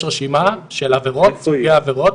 יש רשימה של סוגי העבירות.